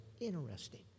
interesting